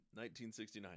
1969